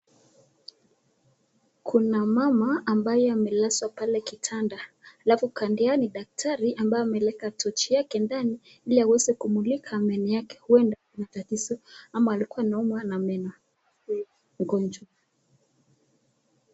Kuna mama ambaye amelazwa pale kitanda, alafu kando yake ni daktari amemulika tochi yake ndani ili aweze kumulika meno yake huenda ako na tatizo ama alikua anaumwa na meno huyu mgonjwa.